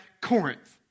Corinth